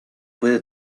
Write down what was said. puede